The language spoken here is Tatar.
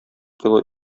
кило